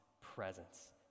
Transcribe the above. presence